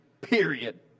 Period